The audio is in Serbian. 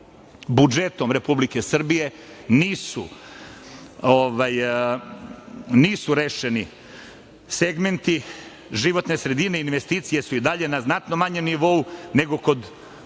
Srbije. Budžetom Republike Srbije nisu rešeni segmenti životne sredine, investicije su i dalje na znatno manjem nivou, nego kod ostalih